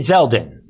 Zeldin